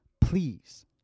Please